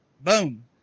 Boom